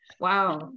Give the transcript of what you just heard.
Wow